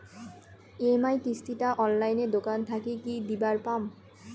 EMI কিস্তি টা অনলাইনে দোকান থাকি কি দিবার পাম?